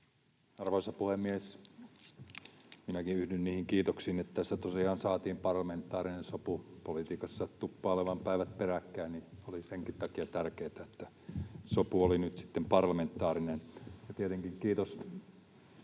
Arvoisa puhemies! Minäkin yhdyn niihin kiitoksiin, että tässä tosiaan saatiin parlamentaarinen sopu. Politiikassa tuppaa olemaan päivät peräkkäin, ja oli senkin takia tärkeätä, että sopu oli nyt sitten parlamentaarinen. Tietenkin kiitos